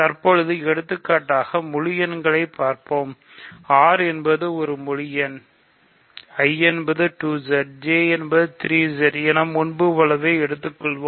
தற்பொழுது எடுத்துக்காட்டுகளாக முழு எண்களைப் பார்ப்போம் R என்பது முழு எண் I என்பது 2Z J என்பது 3Z என முன்புபோலவே எடுத்துக் கொள்வோம்